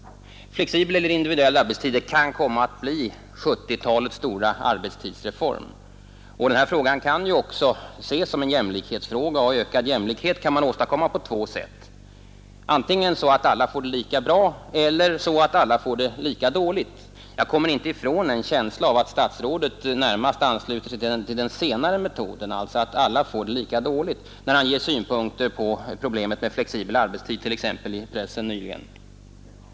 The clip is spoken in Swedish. Flexibel eller individuell arbetstid kan komma att bli 1970-talets stora arbetstidsreform. Denna fråga kan också ses som en jämlikhetsfråga. Ökad jämlikhet kan åstadkommas på två sätt: antingen så att alla får det lika bra eller så att alla får det lika dåligt. Jag kommer inte ifrån känslan av att statsrådet närmast ansluter sig till den senare metoden, alltså att alla får det lika dåligt, när han t.ex. i pressen nyligen gav sina synpunkter på frågan om flexibel arbetstid.